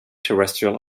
terrestrial